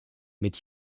mit